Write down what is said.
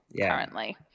currently